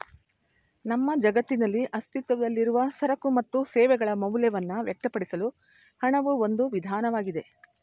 ನಮ್ಮ ಜಗತ್ತಿನಲ್ಲಿ ಅಸ್ತಿತ್ವದಲ್ಲಿರುವ ಸರಕು ಮತ್ತು ಸೇವೆಗಳ ಮೌಲ್ಯವನ್ನ ವ್ಯಕ್ತಪಡಿಸಲು ಹಣವು ಒಂದು ವಿಧಾನವಾಗಿದೆ